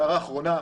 הערה אחרונה,